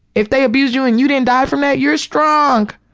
if they abuse you and you didn't die from that, you're strong.